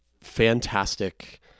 fantastic